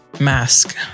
mask